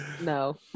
No